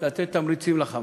לתת תמריצים ל"חמאס".